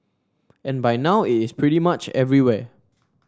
and by now it is pretty much everywhere